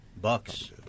Bucks